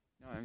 No